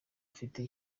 afite